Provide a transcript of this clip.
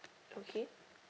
okay